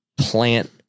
plant